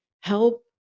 help